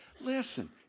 Listen